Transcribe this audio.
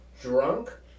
Drunk